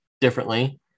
differently